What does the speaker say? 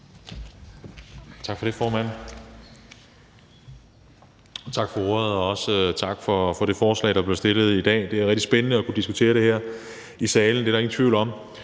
Tak for det, formand. Tak for ordet, og også tak for det forslag, der er blevet fremsat, og som vi behandler i dag. Det er rigtig spændende at kunne diskutere det her i salen, det er der ingen tvivl om,